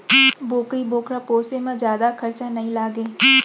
बोकरी बोकरा पोसे म जादा खरचा नइ लागय